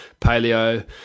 paleo